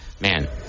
man